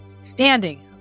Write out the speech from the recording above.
standing